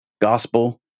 gospel